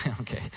Okay